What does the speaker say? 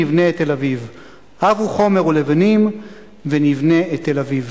נבנה את תל-אביב / הבו חומר ולבנים / ונבנה את תל-אביב".